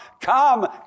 come